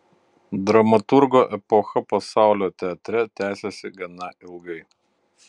dramaturgo epocha pasaulio teatre tęsėsi gana ilgai